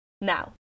Now